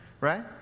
Right